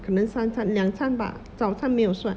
可能三餐两餐吧早餐没有算